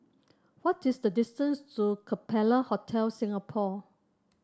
what is the distance to Capella Hotel Singapore